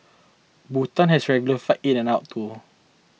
Bhutan has regular flights in and out too